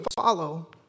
follow